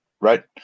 Right